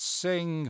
sing